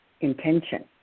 intention